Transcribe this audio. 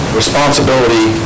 responsibility